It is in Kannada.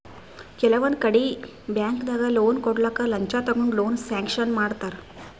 ಕೆಲವೊಂದ್ ಕಡಿ ಬ್ಯಾಂಕ್ದಾಗ್ ಲೋನ್ ಕೊಡ್ಲಕ್ಕ್ ಲಂಚ ತಗೊಂಡ್ ಲೋನ್ ಸ್ಯಾಂಕ್ಷನ್ ಮಾಡ್ತರ್